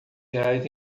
reais